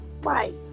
Right